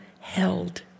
held